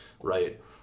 right